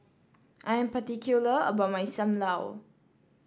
I'm particular about my Sam Lau